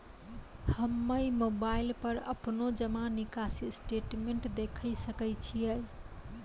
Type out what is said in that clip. हम्मय मोबाइल पर अपनो जमा निकासी स्टेटमेंट देखय सकय छियै?